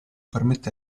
permette